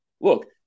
look